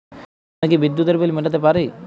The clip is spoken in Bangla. আমি কি বিদ্যুতের বিল মেটাতে পারি?